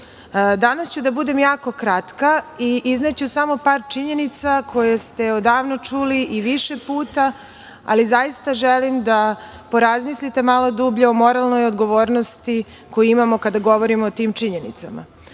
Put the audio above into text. ću biti jako kratka. Izneću samo par činjenica koje ste odavno čuli i više puta, ali zaista želim da porazmislite malo dublje o moralnoj odgovornosti koju imamo kada govorimo o tim činjenicama. Dakle,